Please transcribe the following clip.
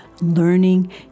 learning